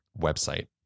website